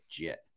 legit